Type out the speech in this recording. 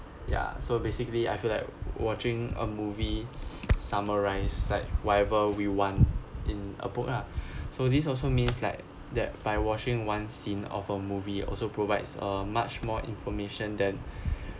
ya so basically I feel like watching a movie summarize sight whatever we want in a book ah so this also means like that by watching one scene of a movie also provides uh much more information than